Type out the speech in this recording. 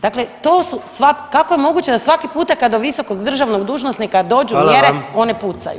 Dakle to su sva, kako je moguće da svaki puta kada visokog državnog dužnosnika dođu mjere, one [[Upadica: Hvala vam.]] pucaju.